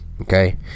Okay